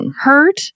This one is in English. hurt